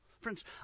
Friends